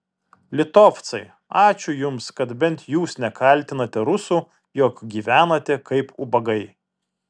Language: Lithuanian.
litovcai ačiū jums kad bent jūs nekaltinate rusų jog gyvenate kaip ubagai